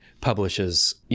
publishes